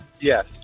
Yes